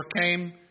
came